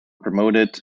promoted